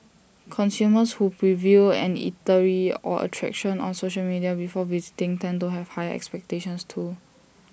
consumers who preview an eatery or attraction on social media before visiting tend to have higher expectations too